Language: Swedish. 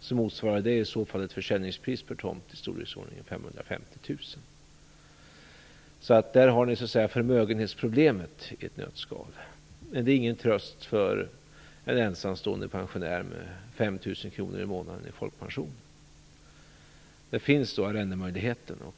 diskutera, motsvarar det i så fall ett försäljningspris per tomt i storleksordningen 550 000 kr. Där har ni förmögenhetsproblemet i ett nötskal. Men det är ingen tröst för en ensamstående pensionär med 5 000 kr i månaden i folkpension. Det finns då arrendemöjligheten.